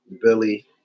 Billy